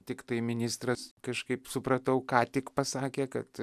tiktai ministras kažkaip supratau ką tik pasakė kad